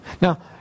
Now